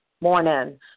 morning